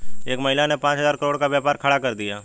एक महिला ने पांच हजार करोड़ का व्यापार खड़ा कर दिया